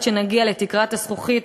עד שנגיע לתקרת הזכוכית,